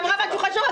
היא אמרה משהו חשוב.